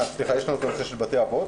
סליחה, יש לנו את נושא בתי אבות.